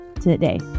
today